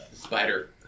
Spider